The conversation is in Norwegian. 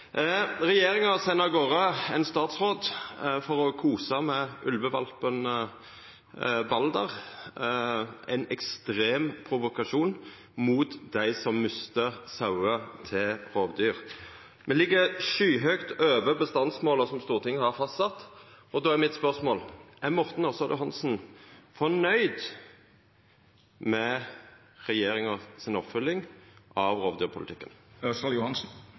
Regjeringa sender av garde ein statsråd for å kosa med ulvekvalpen Balder, ein ekstrem provokasjon mot dei som mister sauer til rovdyr. Me ligg skyhøgt over bestandsmåla som Stortinget har fastsett. Då er spørsmålet mitt: Er Morten Ørsal Johansen fornøgd med regjeringa si oppfølging av